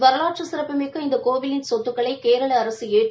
வரலாற்று சிறப்புமிக்க இந்த கோவிலின் சொத்துக்களை கேரள அரசு ஏற்று